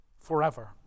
forever